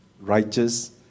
righteous